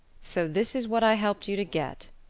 so this is what i helped you to get,